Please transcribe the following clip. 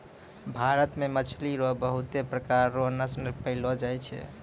भारत मे मछली रो पबहुत प्रकार रो नस्ल पैयलो जाय छै